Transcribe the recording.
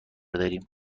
داریم